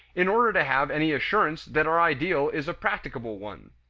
in order to have any assurance that our ideal is a practicable one.